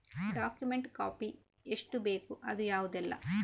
Document copy ಎಷ್ಟು ಬೇಕು ಅದು ಯಾವುದೆಲ್ಲ?